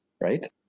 right